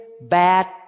bad